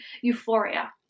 euphoria